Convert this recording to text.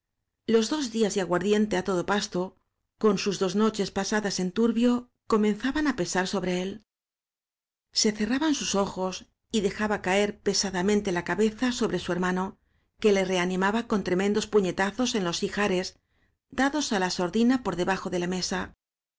los dos días de aguar diente á todo pasto con sus dos noches pasa das en turbio comenzaban á pesar sobre él se cerraban sus ojos y dejaba caer pesada mente la cabeza sobre su hermano que le reanimaba con tremendos puñetazos en los hijares dados á la sordina por debajo de la mesa